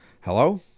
Hello